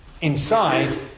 inside